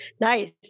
nice